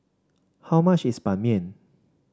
how much is Ban Mian